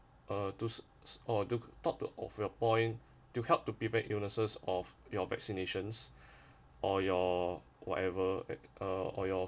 uh to s~ to top of your point to help to prevent illnesses of your vaccinations or your whatever err uh your